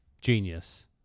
genius